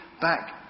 back